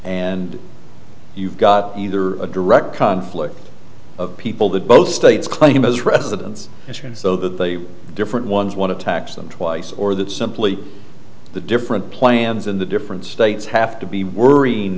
and you've got either a direct conflict of people that both states claim as residence so that they different ones want to tax them twice or that simply the different plans in the different states have to be worrying